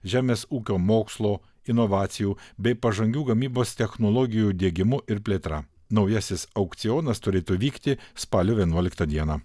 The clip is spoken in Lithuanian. žemės ūkio mokslo inovacijų bei pažangių gamybos technologijų diegimu ir plėtra naujasis aukcionas turėtų vykti spalio vienuoliktą dieną